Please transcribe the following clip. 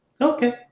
Okay